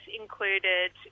included